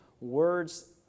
words